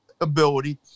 ability